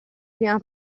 prima